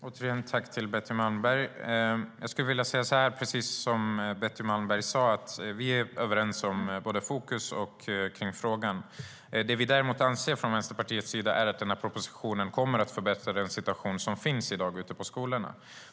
Jag tackar åter Betty Malmberg. Precis som Betty Malmberg sa är vi överens om fokus i denna fråga. Vänsterpartiet anser dock att propositionen kommer att förbättra dagens situation på skolorna.